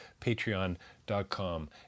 patreon.com